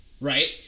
right